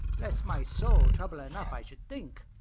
bless my soul, trouble enough, i should think.